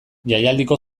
jaialdiko